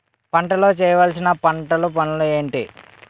పంటలో చేయవలసిన పంటలు పనులు ఏంటి?